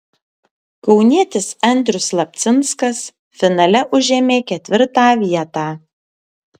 kaunietis andrius slapcinskas finale užėmė ketvirtą vietą